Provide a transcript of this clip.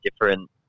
different